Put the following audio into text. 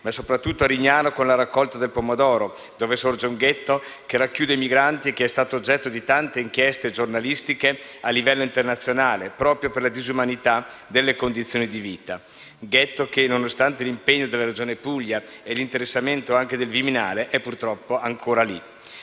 ma soprattutto a Rignano, con la raccolta del pomodoro, dove sorge un ghetto che racchiude i migranti e che è stato oggetto di tante inchieste giornalistiche a livello internazionale, proprio per la disumanità delle condizioni di vita. Si tratta di un ghetto che, nonostante l'impegno della Regione Puglia e l'interessamento anche del Viminale, è purtroppo ancora lì,